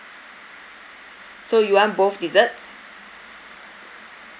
so you want both desserts